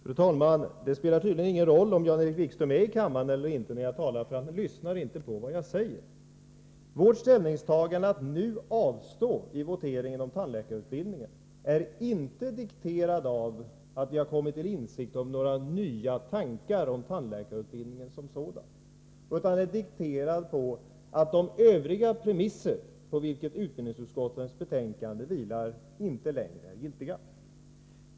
Fru talman! Det spelar tydligen ingen roll om Jan-Erik Wikström är i kammaren eller inte när jag talar, för han lyssnar ju inte på vad jag säger. Vårt ställningstagande att nu avstå från att rösta i voteringen om tandläkarutbildningen är inte dikterat av att vi kommit till insikt om några nya tankar om tandläkarutbildningen som sådan, utan det är dikterat av att de övriga premisser på vilka utskottets betänkande vilar inte längre är giltiga.